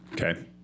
Okay